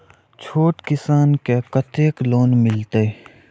छोट किसान के कतेक लोन मिलते?